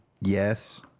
Yes